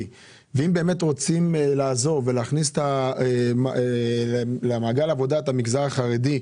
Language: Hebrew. ואם באמת רוצים לעזור ולהכניס למעגל העבודה את המגזר החרדי,